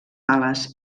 ales